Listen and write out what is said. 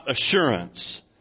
assurance